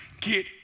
get